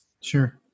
Sure